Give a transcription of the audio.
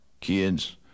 Kids